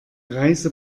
reise